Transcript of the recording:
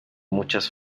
muchas